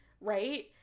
right